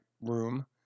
room